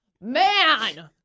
man